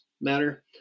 Matter